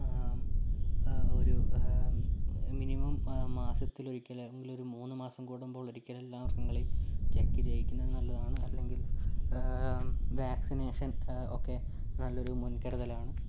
ഒരു മിനിമം മാസത്തിലൊരിക്കൽ ഏതെങ്കിലും ഒരു മൂന്ന് മാസം കൂടുമ്പോൾ ഒരിക്കൽ എല്ലാ വർഷങ്ങളിൽ ചെക്ക് ചെയ്യിക്കുന്നത് നല്ലതാണ് അല്ലെങ്കിൽ വാക്സിനേഷൻ ഒക്കെ നല്ലൊരു മുൻകരുതലാണ്